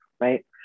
right